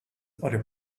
other